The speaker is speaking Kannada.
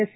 ಎಸ್